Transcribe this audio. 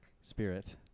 spirit